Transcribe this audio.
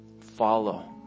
follow